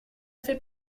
fait